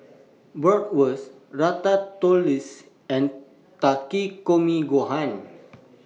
Bratwurst Ratatouille and Takikomi Gohan